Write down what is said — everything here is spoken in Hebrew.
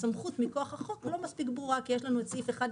הסמכות מכוח החוק לא מספיק ברורה כי יש לנו את סעיף 11